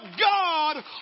God